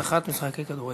כי לטעמי, הנה, עובדה, כולם